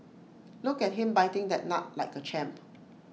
look at him biting that nut like A champ